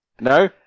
no